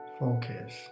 focus